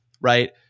right